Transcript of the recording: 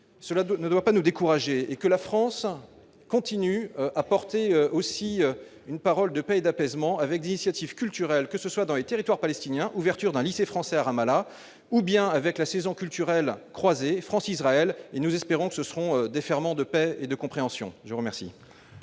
cela ne doit pas nous décourager et que la France continue à porter aussi une parole de paix d'apaisement avec d'initiatives culturelles, que ce soit dans les territoires palestiniens, ouverture d'un lycée français à Ramallah ou bien avec la saison culturelle croisée France-Israël et nous espérons que ce seront des ferments de paix et de compréhension, je vous remercie.